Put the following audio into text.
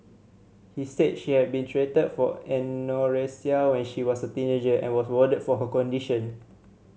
he said she had been treated for anorexia when she was a teenager and was warded for her condition